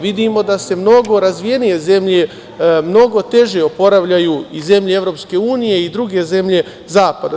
Vidimo da se mnogo razvijenije zemlje mnogo teže oporavljaju i zemlje Evropske unije i druge zemlje zapada.